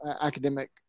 academic